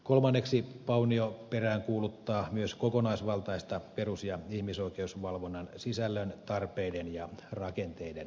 kolmanneksi paunio peräänkuuluttaa myös kokonaisvaltaista perus ja ihmisoikeusvalvonnan sisällön tarpeiden ja rakenteiden arviointia